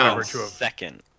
second